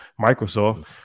Microsoft